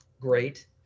great